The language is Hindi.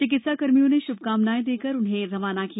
चिकित्सा कर्मियों ने शुभकामनाएं देकर उन्हें रवाना किया